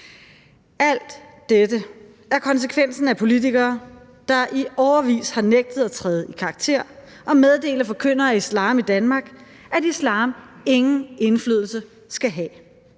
Alt dette er konsekvensen af politikere, der i årevis har nægtet at træde i karakter og meddele forkyndere af islam i Danmark, at islam ingen indflydelse skal have.